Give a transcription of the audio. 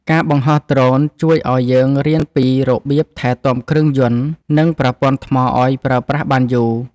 ការបង្ហោះដ្រូនជួយឱ្យយើងរៀនពីរបៀបថែទាំគ្រឿងយន្ត និងប្រព័ន្ធថ្មឱ្យប្រើប្រាស់បានយូរ។